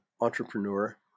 entrepreneur